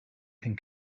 can